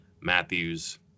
Matthews